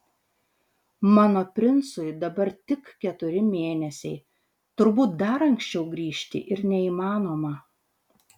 mano princui dabar tik keturi mėnesiai turbūt dar anksčiau grįžti ir neįmanoma